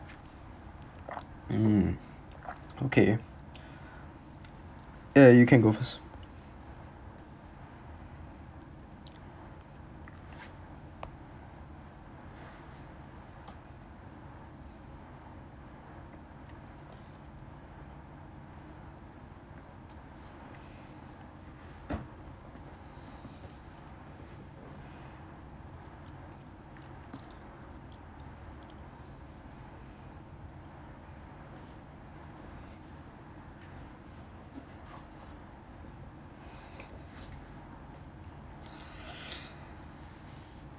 mm okay eh you can go first